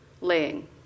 laying